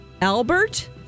Albert